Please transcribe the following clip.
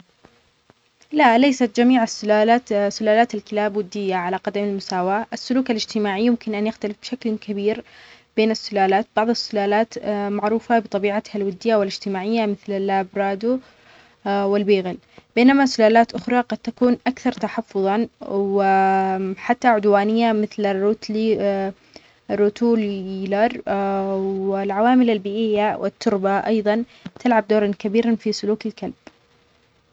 لا، ليست جميع السلالات سلالات الكلاب ودية على قدر المساواة. السلوك الإجتماعي يمكن أن يختلف بشكل كبير بين السلالات. بعض السلالات معروفة بطبيعاتها الودية والإجتماعية مثل البرادو والبيغل. بينما سلالات أخرى قد تكون أكثر تحفظاً وحتى عدوانية مثل الروترلي- الروتوليرل والعوامل البيئية والتربة أيضاً تلعب دوراً كبيراً في سلوك الكلب.